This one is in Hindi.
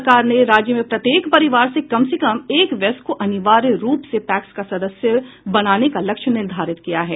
सरकार ने राज्य में प्रत्येक परिवार से कम से कम एक वयस्क को अनिवार्य रूप से पैक्स का सदस्य बनाने का लक्ष्य निर्धारित किया है